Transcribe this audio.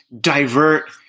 divert